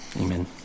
Amen